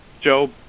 Joe